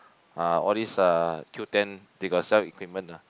ah all this uh Q ten they got sell equipment ah